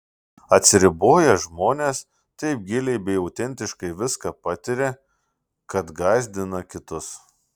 atsiriboję žmonės taip giliai bei autentiškai viską patiria kad gąsdina kitus